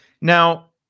now